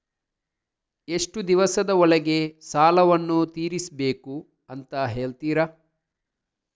ಎಷ್ಟು ದಿವಸದ ಒಳಗೆ ಸಾಲವನ್ನು ತೀರಿಸ್ಬೇಕು ಅಂತ ಹೇಳ್ತಿರಾ?